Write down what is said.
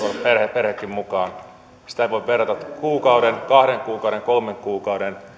perhekin mukaan sitä ei voi verrata kuukauden kahden kuukauden kolmen kuukauden